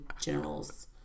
generals